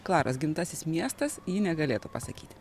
klaros gimtasis miestas ji negalėtų pasakyti